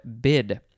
bid